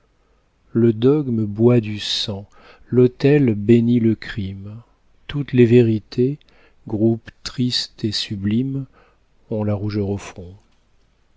le dogme boit du sang l'autel bénit le crime toutes les vérités groupe triste et sublime ont la rougeur au front